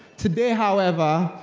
today, however,